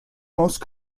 most